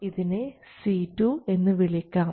ഇതിനെ C2 എന്ന് വിളിക്കാം